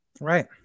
right